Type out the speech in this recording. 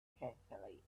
carefully